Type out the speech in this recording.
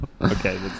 Okay